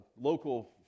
local